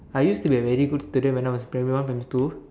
I used to be a very good student when I was in primary one primary two